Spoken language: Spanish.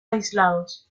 aislados